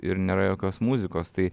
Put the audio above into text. ir nėra jokios muzikos tai